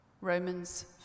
Romans